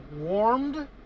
warmed